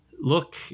look